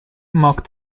mocked